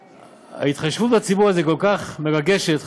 ההתחשבות הזאת בציבור כל כך מרגשת,